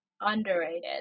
Underrated